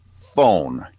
phone